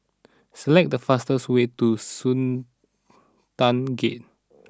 select the fastest way to Sultan Gate